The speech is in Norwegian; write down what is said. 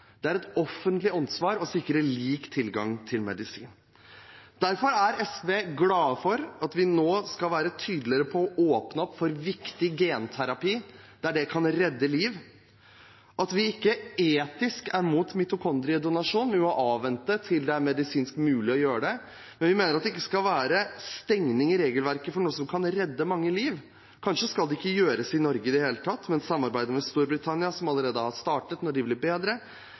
Det er et offentlig ansvar å sikre lik tilgang til medisin. Derfor er SV glad for at vi nå skal være tydeligere på å åpne opp for viktig genterapi der det kan redde liv, at vi ikke etisk er mot mitokondriedonasjon, men at vi må avvente til det er medisinsk mulig å gjøre det. Men vi mener at regelverket ikke skal stenge for noe som kan redde mange liv. Kanskje skal dette ikke gjøres i Norge i det hele tatt, men at vi skal samarbeide med Storbritannia – som allerede har startet – når de blir bedre.